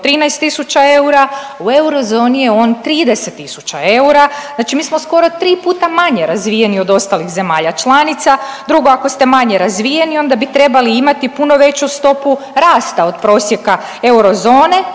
13000 eura, u euro zoni je on 30 000 eura. Znači, mi smo skoro tri puta manje razvijeni od ostalih zemalja članica. Drugo, ako ste manje razvijeni onda bi trebali imati puno veću stopu rasta od prosjeka eurozone